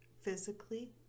physically